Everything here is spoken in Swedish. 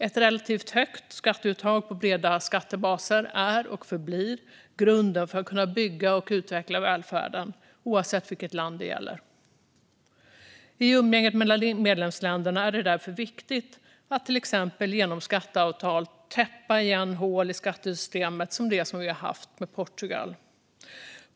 Ett relativt högt skatteuttag på breda skattebaser är och förblir grunden för att man ska kunna bygga och utveckla välfärden, oavsett vilket land det gäller. I umgänget mellan medlemsländerna är det därför viktigt att till exempel genom skatteavtal täppa igen hål i skattesystemet, som det som vi har haft med Portugal.